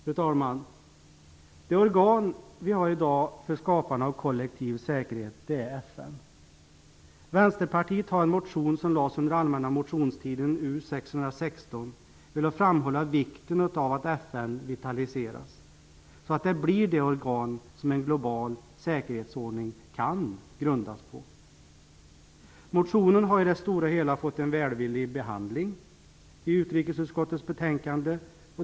Fru talman! Det organ vi i dag har för skapande av kollektiv säkerhet är FN. Vänsterpartiet har i en motion som väcktes under allmänna motionstiden, U616, velat framhålla vikten av att FN vitaliseras så att det blir det organ som en global säkerhetsordning kan grundas på. Motionen har i det stora hela fått en välvillig behandling i utrikesutskottets betänkande.